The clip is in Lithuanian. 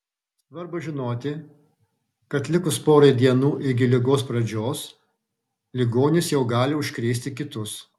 svarbu žinoti kad likus porai dienų iki ligos pradžios ligonis jau gali užkrėsti kitus